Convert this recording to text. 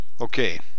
okay